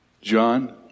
John